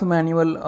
Manual